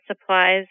supplies